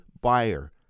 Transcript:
buyer